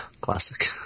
Classic